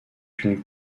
une